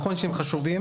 יש לנו,